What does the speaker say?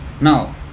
Now